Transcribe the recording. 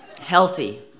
healthy